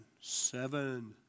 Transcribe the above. Seven